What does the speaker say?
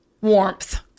warmth